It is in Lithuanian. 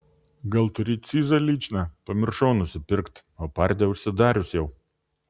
gal turi cizą lyčną pamiršau nusipirkt o pardė užsidarius jau